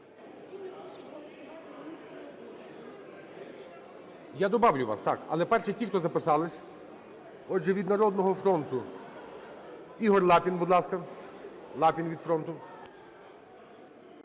Я добавлю вас, так. Але перші – ті, хто записались. Отже, від "Народного фронту" Ігор Лапін, будь ласка. Лапін від "Фронту".